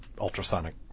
ultrasonic